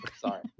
sorry